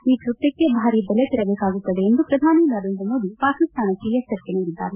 ಈ ಕೃತ್ಯಕ್ಕೆ ಭಾರೀ ಬೆಲೆ ತೆರಬೇಕಾಗುತ್ತದೆ ಎಂದು ಪ್ರಧಾನಿ ನರೇಂದ್ರ ಮೋದಿ ಪಾಕಿಸ್ತಾನಕ್ಕೆ ಎಚ್ಚರಿಕೆ ನೀಡಿದ್ದಾರೆ